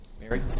Mary